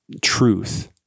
truth